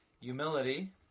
humility